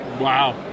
Wow